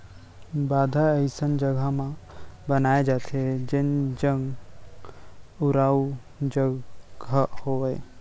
बांधा अइसन जघा म बनाए जाथे जेन लंग उरारू जघा होवय